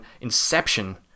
Inception